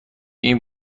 این